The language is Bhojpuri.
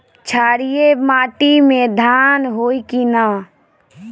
क्षारिय माटी में धान होई की न?